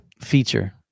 feature